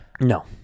no